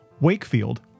Wakefield